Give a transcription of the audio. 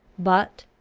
but,